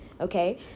okay